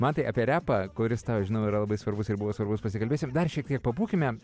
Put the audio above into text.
mantai apie repą kuris tau žinau yra labai svarbus ir buvo svarbus pasikalbėsime dar šiek tiek pabūkime